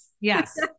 Yes